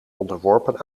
onderworpen